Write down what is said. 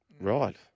Right